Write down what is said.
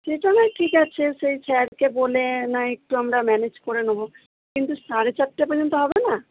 সে তো নয় ঠিক আছে সেই স্যারকে বলে নয় একটু আমরা ম্যানেজ করে নেব কিন্তু সাড়ে চারটে পর্যন্ত হবে না